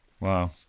Wow